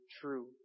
true